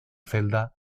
celda